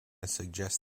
suggest